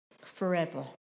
forever